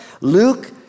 Luke